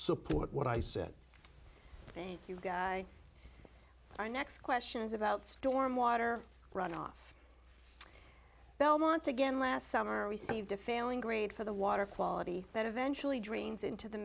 support what i said thank you guy our next questions about storm water runoff belmont again last summer we saved a failing grade for the water quality that eventually drains into the